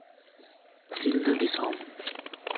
ᱥᱤᱞᱫᱟᱹ ᱫᱤᱥᱟᱹᱢ